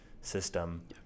system